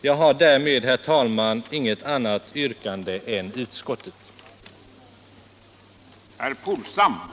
Jag har, herr talman, inget annat yrkande än om bifall till utskottets hemställan.